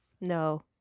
No